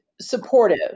supportive